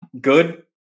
good